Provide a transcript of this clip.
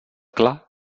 clar